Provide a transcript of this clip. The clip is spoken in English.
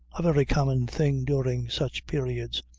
a very common thing during such periods,